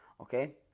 okay